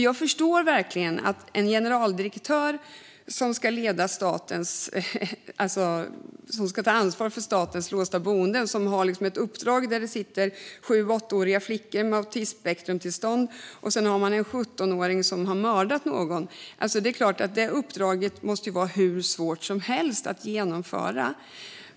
Jag förstår verkligen svårigheten för en generaldirektör som ska ta ansvar för statens låsta boenden - ett uppdrag och en verksamhet där det sitter sju och åttaåriga flickor med autismspektrumtillstånd och dessutom en 17-åring som har mördat någon. Detta uppdrag måste vara hur svårt som helst att genomföra.